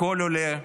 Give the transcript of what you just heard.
הכול עולה,